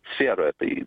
sferoje tai